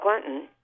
Clinton